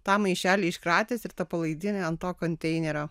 tą maišelį iškratęs ir tą palaidinį ant to konteinerio